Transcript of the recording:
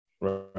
Right